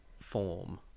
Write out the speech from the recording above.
form